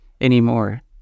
anymore